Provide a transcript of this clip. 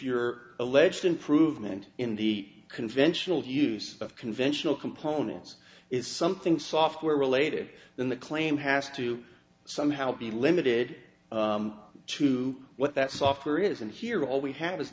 your alleged improvement in the conventional use of conventional components is something software related then the claim has to somehow be limited to what that software is and here all we have is